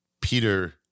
Peter